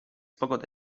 pogoda